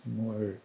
more